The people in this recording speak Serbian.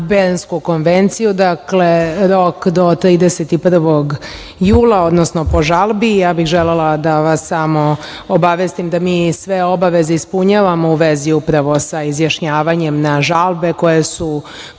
Bernsku konvenciju. Dakle, rok do 31. jula, odnosno po žalbi. Želela bih da vas samo obavestim da mi sve obaveze ispunjavamo u vezi sa izjašnjavanjem na žalbe koje su